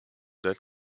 that